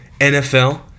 NFL